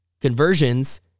conversions